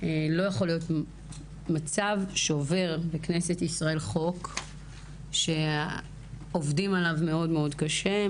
לא יכול להיות מצב שעובר בכנסת ישראל חוק שעובדים עליו מאוד מאוד קשה,